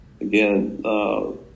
again